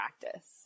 practice